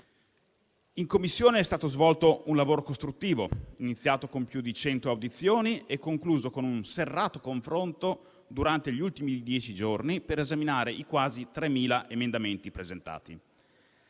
In Commissione è stato svolto un lavoro costruttivo, iniziato con più di cento audizioni e concluso con un serrato confronto durante gli ultimi dieci giorni per esaminare i quasi tremila emendamenti presentati.